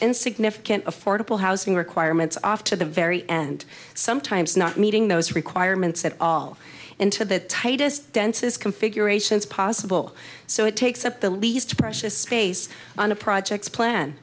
insignificant affordable housing requirements off to the very end sometimes not meeting those requirements at all into the tightest dense is configurations possible so it takes up the least precious space on a project plan